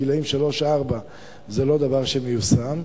בגילים שלוש-ארבע זה לא מיושם,